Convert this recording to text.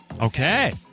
Okay